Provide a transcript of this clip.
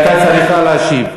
חבר הכנסת איציק שמולי.